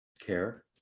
care